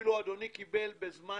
אפילו אדוני קיבל בזמן